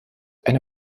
eine